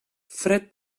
fred